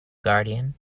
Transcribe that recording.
guardian